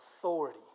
authority